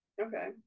Okay